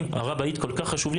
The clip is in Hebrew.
הר הבית כל כך חשוב לי,